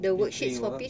P three work